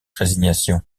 résignation